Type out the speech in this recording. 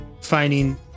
finding